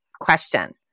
question